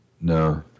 No